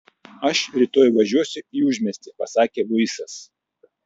aš rytoj važiuosiu į užmiestį pasakė luisas